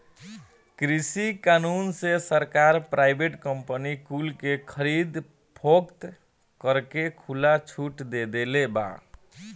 कृषि कानून से सरकार प्राइवेट कंपनी कुल के खरीद फोक्त करे के खुला छुट दे देले बा